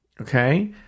Okay